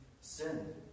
sin